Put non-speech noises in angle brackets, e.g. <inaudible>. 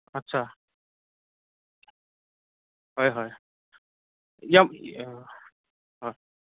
আচ্ছা হয় হয় <unintelligible>